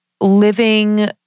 living